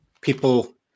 people